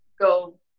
go